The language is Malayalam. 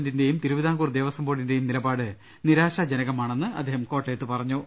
ന്റെയും തിരുവിതാംകൂർ ദേവസ്വംബോർഡിന്റെയും നിലപാട് നിരാശാജന കമാണെന്ന് അദ്ദേഹം കോട്ടയത്ത് പറഞ്ഞു